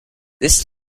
this